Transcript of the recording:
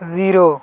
zero